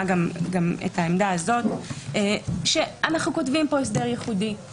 את העמדה הזאת אנחנו כותבים פה הסדר ייחודי.